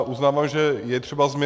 Uznávám, že je třeba změna.